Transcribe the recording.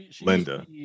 Linda